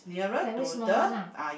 there is small one ah